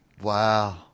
Wow